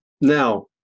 Now